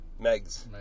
Megs